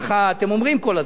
ככה אתם אומרים כל הזמן.